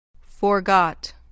Forgot